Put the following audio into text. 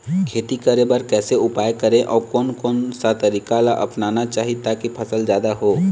खेती करें बर कैसे उपाय करें अउ कोन कौन सा तरीका ला अपनाना चाही ताकि फसल जादा हो?